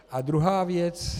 A druhá věc.